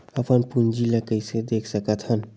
अपन पूंजी ला कइसे देख सकत हन?